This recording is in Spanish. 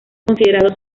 considerado